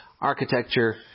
architecture